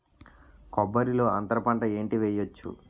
కొబ్బరి లో అంతరపంట ఏంటి వెయ్యొచ్చు?